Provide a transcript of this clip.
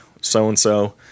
so-and-so